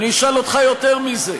אני אשאל אותך יותר מזה: